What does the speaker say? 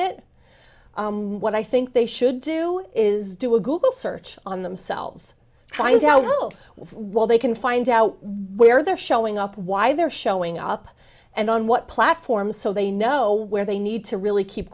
it what i think they should do is do a google search on themselves find you know while they can find out where they're showing up why they're showing up and on what platform so they know where they need to really keep